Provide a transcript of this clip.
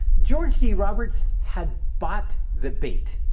george d. roberts had bought the bait.